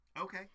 okay